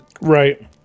Right